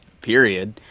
period